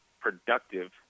productive